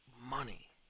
money